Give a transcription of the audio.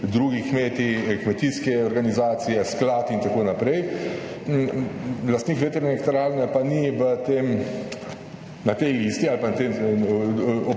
kmetijske organizacije, sklad in tako naprej. Lastnik vetrne elektrarne pa ni na tej listi ali pa